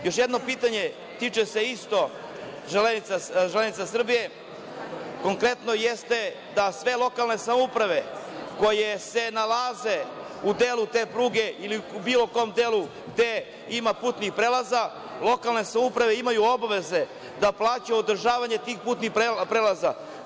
Još jedno pitanje, tiče se isto „Železnica Srbije“, konkretno jeste da sve lokalne samouprave koje se nalaze u delu te pruge ili u bilo kom delu gde ima putnih prelaza, lokalne samouprave imaju obaveze da plaćaju održavanje tih putnih prelaza.